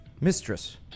Mistress